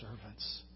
servants